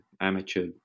amateur